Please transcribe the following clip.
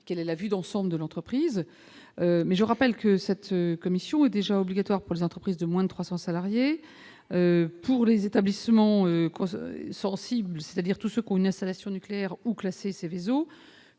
quelle est la vue d'ensemble de l'entreprise, mais je rappelle que cette commission est déjà obligatoire pour les entreprises de moins de 300 salariés pour les établissements quoi sensibles, c'est-à-dire tout ce qu'on une installation nucléaire ou classée Sévéso